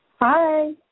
Hi